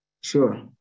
Sure